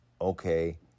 okay